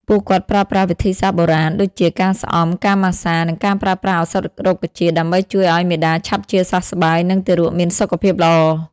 ពួកគាត់ប្រើប្រាស់វិធីសាស្រ្តបុរាណ ដូចជាការស្អំ ការម៉ាស្សា និងការប្រើប្រាស់ឱសថរុក្ខជាតិ ដើម្បីជួយឲ្យមាតាឆាប់ជាសះស្បើយ និងទារកមានសុខភាពល្អ។